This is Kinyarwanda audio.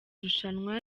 irushanwa